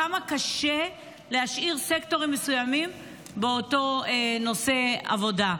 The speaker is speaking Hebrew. כמה קשה להשאיר סקטורים מסומים באותו נושא עבודה.